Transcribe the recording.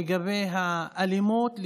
על האלימות,